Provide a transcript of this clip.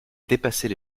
dépassait